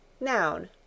Noun